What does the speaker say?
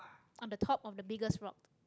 on the top of the biggest rock